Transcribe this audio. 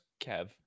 Kev